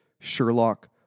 Sherlock